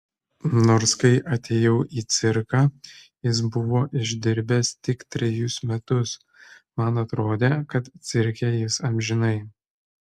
nors kai atėjau į cirką jis buvo išdirbęs tik trejus metus man atrodė kad cirke jis amžinai